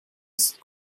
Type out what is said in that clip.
ist